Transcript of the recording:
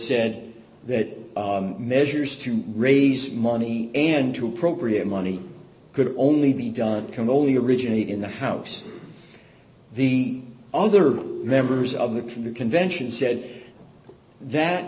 said that measures to raise money and to appropriate money could only be done come only originate in the house the other members of that from the convention said that